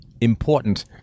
important